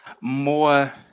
more